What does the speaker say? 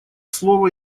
слово